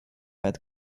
weit